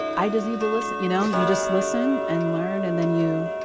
i just need to listen. you know you just listen and learn and then you,